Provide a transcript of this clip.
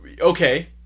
Okay